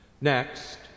Next